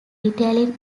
detailing